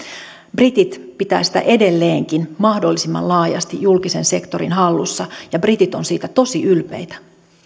britit pitävät sitä edelleenkin mahdollisimman laajasti julkisen sektorin hallussa ja britit ovat siitä tosi ylpeitä